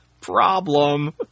problem